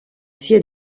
sia